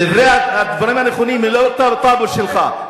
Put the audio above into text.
הדברים הנכונים הם לא בטאבו שלך,